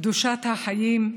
קדושת החיים,